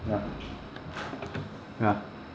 ya ya